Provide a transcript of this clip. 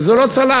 וזה לא צלח.